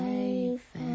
Life